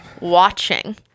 watching